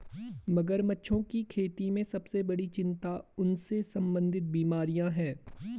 मगरमच्छों की खेती में सबसे बड़ी चिंता उनसे संबंधित बीमारियां हैं?